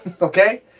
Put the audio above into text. okay